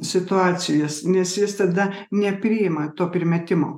situacijas nes jis tada nepriima to primetimo